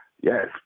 Yes